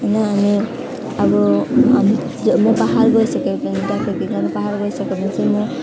होइन अनि अब हामी म पहाड गइसक्यो भने ट्राफिकिङ गर्नु पहाड गइसक्यो भने चाहिँ म